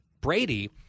Brady